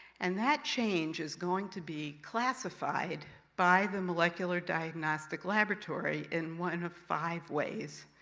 and that change is going to be classified by the molecular diagnostic laboratory in one of five ways.